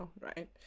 right